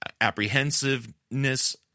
apprehensiveness